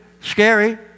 scary